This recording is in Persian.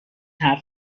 حرف